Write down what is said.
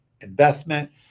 investment